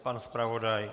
Pan zpravodaj?